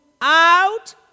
out